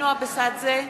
(קוראת בשמות חברי הכנסת) נינו אבסדזה,